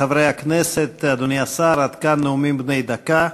חברי הכנסת, אדוני השר, עד כאן נאומים בני דקה.